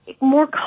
more